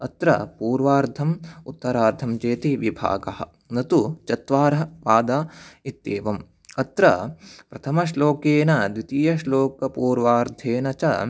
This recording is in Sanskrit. अत्र पूर्वार्धम् उत्तरार्धञ्चेति विभागः न तु चत्वारः पादाः इत्येवम् अत्र प्रथमश्लोकेन द्वितीयश्लोकपूर्वार्धेन च